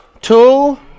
two